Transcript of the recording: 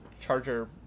Charger